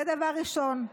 זה דבר ראשון.